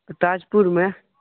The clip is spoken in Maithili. ताजपुरमे